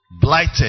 blighted